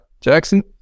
Jackson